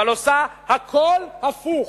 אבל עושה הכול הפוך.